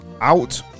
out